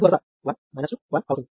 చివరి అడ్డు వరుస 1 2 1 అవుతుంది